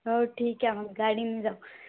हो ठीक आहे मग गाडीनं जाऊ